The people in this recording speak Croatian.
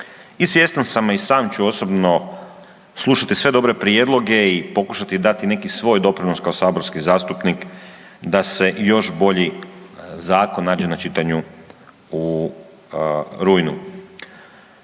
i svjestan sam, a i sam ću osobno slušati sve dobre prijedloge i pokušati dati neki svoj doprinos kao saborski zastupnik da se još bolji zakon nađe na čitanju u rujnu.